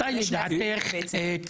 מתי לדעתך יש